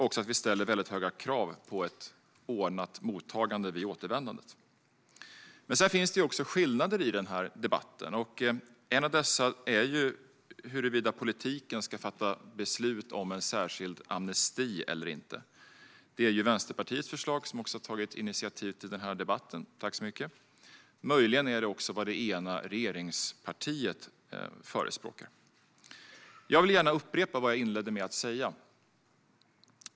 Vi ställer också väldigt höga krav på ett ordnat mottagande vid återvändandet. Sedan finns det också skillnader i debatten. En av dessa skillnader är huruvida politiken ska fatta beslut om en särskild amnesti eller inte. Det är ju Vänsterpartiets förslag, och Vänsterpartiet har också tagit initiativ till den här debatten - tack så mycket. Möjligen är det också vad det ena regeringspartiet förespråkar. Jag vill gärna upprepa det som jag inledde med att säga.